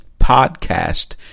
podcast